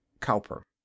Cowper